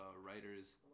writers